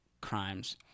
crimes